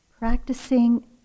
Practicing